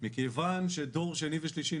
מכיוון שדור שני ושלישי,